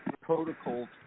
protocols